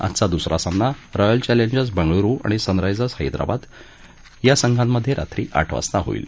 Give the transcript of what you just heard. आजचा दुसरा सामना रॉयल चँलेंजर्स बेंगळुरु आणि सनरायजर्स हैदराबाद या संघामधे रात्री आठ वाजता होईल